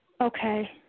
Okay